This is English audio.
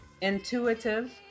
intuitive